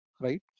right